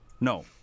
No